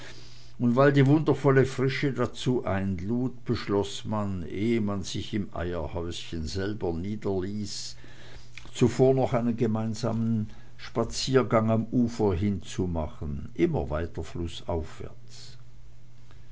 und weil die wundervolle frische dazu einlud beschloß man ehe man sich im eierhäuschen selber niederließ zuvor noch einen gemeinschaftlichen spaziergang am ufer hin zu machen immer weiter flußaufwärts